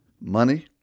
money